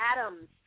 Adams